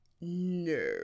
No